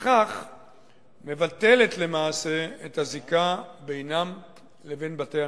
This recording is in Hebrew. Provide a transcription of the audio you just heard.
ובכך מבטלת, למעשה, את הזיקה בינם לבין בתי-המשפט.